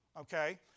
Okay